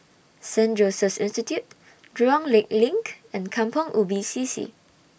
Saint Joseph's Institution Jurong Lake LINK and Kampong Ubi C C